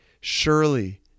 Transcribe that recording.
surely